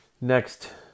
next